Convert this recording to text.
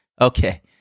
Okay